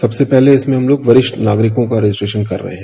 सबसे पहले इसमें हम लोग वरिष्ठ नागरिकों का रजिस्टेशन कर रहे हैं